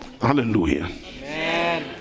hallelujah